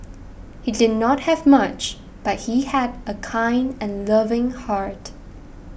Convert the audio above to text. he did not have much but he had a kind and loving heart